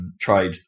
tried